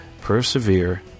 persevere